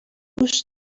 گوش